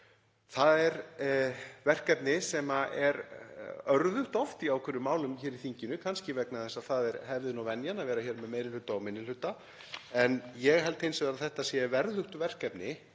Það er verkefni sem er oft örðugt í ákveðnum málum hér í þinginu, kannski vegna þess að það er hefðin og venjan að vera með meiri hluta og minni hluta. Ég held hins vegar að þetta sé verðugt verkefni